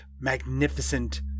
Magnificent